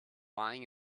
lying